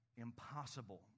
impossible